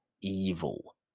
evil